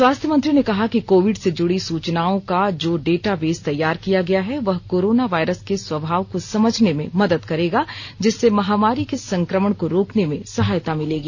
स्वास्थ्य मंत्री ने कहा कि कोविड से जुड़ी सूचनाओं का जो डेटा बेस तैयार किया गया है वह कोरोना वायरस के स्वभाव को समझने में मदद करेगा जिससे महामारी के संक्रमण को रोकने में सहायता मिलेगी